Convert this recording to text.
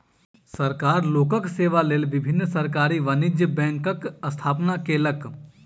सरकार लोकक सेवा लेल विभिन्न सरकारी वाणिज्य बैंकक स्थापना केलक